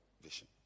vision